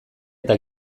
eta